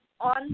on